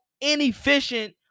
inefficient